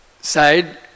side